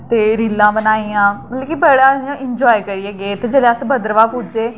ते रीलां बनाइयां मिगी बड़ा गै इन्जाय करियै गे ते जेल्लै अस भद्रवाह् पुज्जे